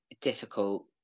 difficult